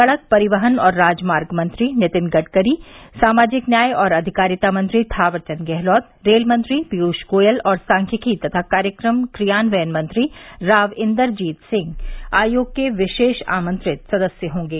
सड़क परिवहन और राजमार्ग मंत्री नितिन गड़करी सामाजिक न्याय और अधिकारिता मंत्री थावर चंद गहलोत रेल मंत्री पीयूष गोयल और सांख्यिकी तथा कार्यक्रम क्रियान्वयन मंत्री राव इंदरजीत सिंह आयोग के विशेष आमंत्रित सदस्य होंगे